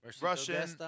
Russian